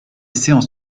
séance